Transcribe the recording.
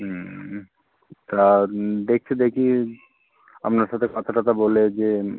হুম তা দেখছি দেখি আপনার সাথে কথা টথা বলে যে